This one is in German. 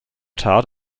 tat